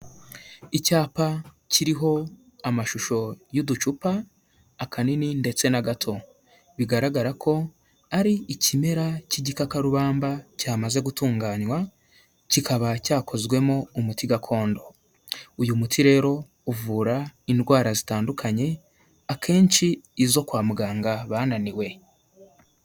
Icyapa kiriho amashusho y'uducupa akanini ndetse na gato, bigaragara ko ari ikimera cy'igikakarubamba cyamaze gutunganywa kikaba cyakozwemo umuti gakondo, uyu muti rero uvura indwara zitandukanye akenshi izo kwa muganga bananiwe.